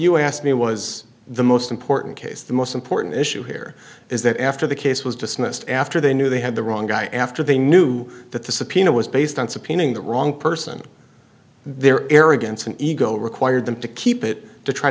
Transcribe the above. you asked me was the most important case the most important issue here is that after the case was dismissed after they knew they had the wrong guy after they knew that the subpoena was based on subpoenaing the wrong person their arrogance and ego required them to keep it to try